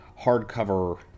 hardcover